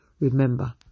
Remember